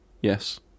Yes